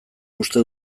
uste